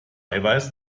eiweiß